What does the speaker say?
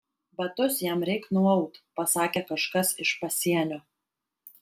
batus jam reik nuaut pasakė kažkas iš pasienio